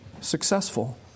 successful